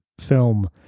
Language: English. film